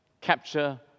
capture